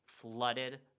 flooded